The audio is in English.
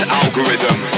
algorithm